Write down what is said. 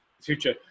future